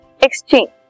exchange